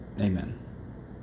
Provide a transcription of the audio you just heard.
Amen